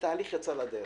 התהליך יצא לדרך.